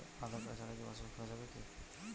আধার card ছাড়া কি পাসবই খোলা যাবে কি?